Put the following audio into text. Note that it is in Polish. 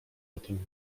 zatem